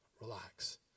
Relax